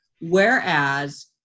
whereas